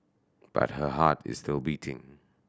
but her heart is still beating